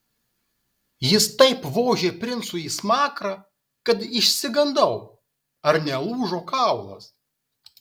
jis taip vožė princui į smakrą kad išsigandau ar nelūžo kaulas